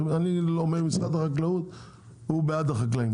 אני אומר משרד החקלאות הוא בעד החקלאים,